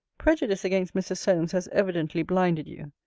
prejudice against mr. solmes has evidently blinded you,